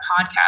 podcast